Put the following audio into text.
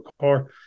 car